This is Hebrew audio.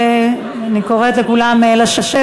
אני קוראת לכולם לשבת.